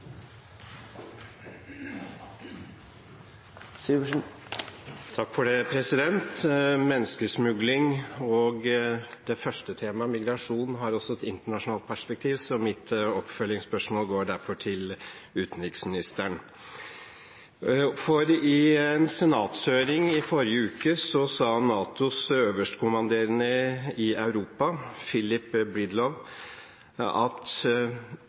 temaet, migrasjon, har også et internasjonalt perspektiv, så mitt oppfølgingsspørsmål går derfor til utenriksministeren. I en senatshøring i forrige uke sa NATOs øverstkommanderende i Europa, Philip M. Breedlove, at